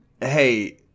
Hey